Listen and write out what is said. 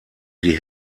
die